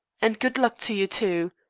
and good luck to you, too.